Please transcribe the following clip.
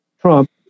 Trump